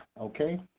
okay